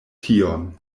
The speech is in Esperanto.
tion